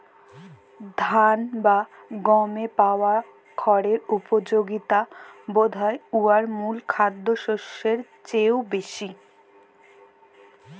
ধাল বা গমেল্লে পাওয়া খড়ের উপযগিতা বধহয় উয়ার মূল খাদ্যশস্যের চাঁয়েও বেশি